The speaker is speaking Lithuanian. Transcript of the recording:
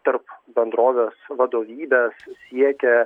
tarp bendrovės vadovybės siekia